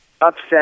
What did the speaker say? upset